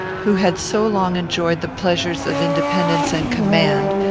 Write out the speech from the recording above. who had so long enjoyed the pleasures of independence and command,